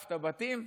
שרפת בתים?